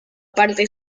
parte